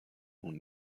nun